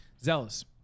Zealous